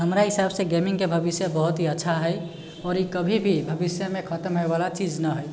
हमरा हिसाबसे गेमिङ्गके भविष्य बहुत ही अच्छा हइ आओर ई कभी भी भविष्यमे खतम होयबाला चीज नहि हइ